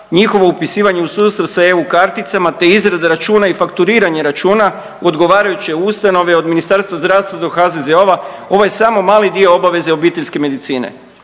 njihovo upisivanje u sustav sa eu-karticama, te izrada računa i fakturiranje računa u odgovarajućoj ustanovi od Ministarstva zdravstva do HZZO-a, ovo je samo mali dio obaveze obiteljske medicine.